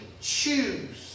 choose